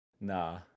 Nah